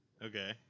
Okay